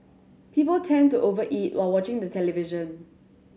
people tend to over eat while watching the television